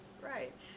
right